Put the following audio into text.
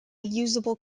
usable